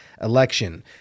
election